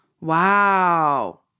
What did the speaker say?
Wow